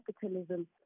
capitalism